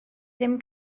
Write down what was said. ddim